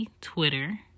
Twitter